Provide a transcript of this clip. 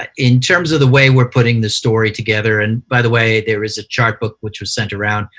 ah in terms of the way we're putting the story together and by the way, there is a chartbook which was sent around.